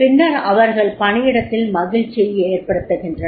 பின்னர் அவர்கள் பணியிடத்தில் மகிழ்ச்சியை ஏற்படுத்துகின்றனர்